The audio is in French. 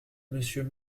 monsieur